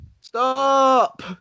stop